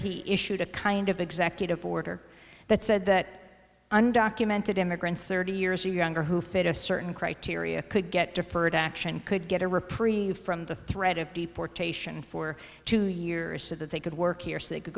he issued a kind of executive order that said that undocumented immigrants thirty years or younger who fit a certain criteria could get deferred action could get a reprieve from the threat of deportation for two years so that they could work here so they could